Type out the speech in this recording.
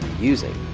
using